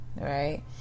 right